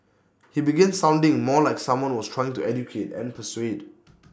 he began sounding more like someone who was trying to educate and persuade